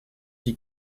die